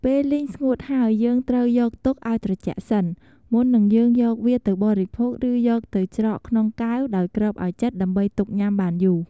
ពេលលីងស្ងួតហើយយើងត្រូវយកទុកឱ្យត្រជាក់សិន មុននឹងយើងយកវាទៅបរិភោគឬយកទៅច្រកក្នុងកែវដោយគ្របឲ្យជិតដើម្បីទុកញ៉ាំបានយូរ។